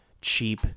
cheap